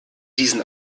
diesen